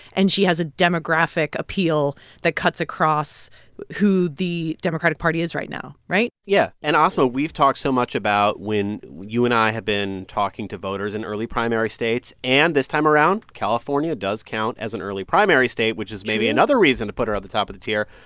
and she has a demographic appeal that cuts across who the democratic party is right now, right? yeah. and, asma, we've talked so much about when you and i have been talking to voters in early primary states. and this time around, california does count as an early primary state, which is. true. maybe another reason to put her at the top of the tier.